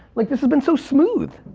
like this has been so smooth.